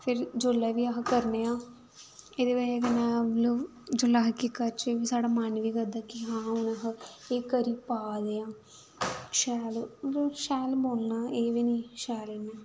फिर जोल्लै बी अस करने आं एह्दी बजह् कन्नै मतलब जोल्लै अस किश करचै साढ़ा मन गै करदा कि हां हून अस एह् करी पा दे आं शैल मतलब शैल बोलना एह् बी नेईं शैल इ'यां